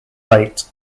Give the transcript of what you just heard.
late